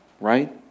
right